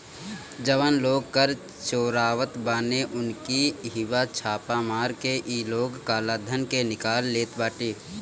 जवन लोग कर चोरावत बाने उनकी इहवा छापा मार के इ लोग काला धन के निकाल लेत बाटे